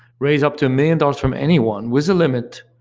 raise up to a million dollars from anyone with a limit.